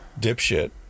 dipshit